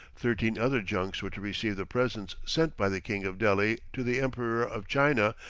thirteen other junks were to receive the presents sent by the king of delhi to the emperor of china,